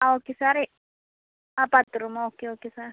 ആ ഓക്കെ സാറേ ആ പത്ത് റൂം ഓക്കെ ഓക്കെ സാർ